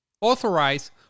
authorize